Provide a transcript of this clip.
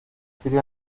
serie